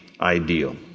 ideal